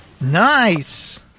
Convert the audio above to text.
Nice